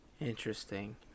Interesting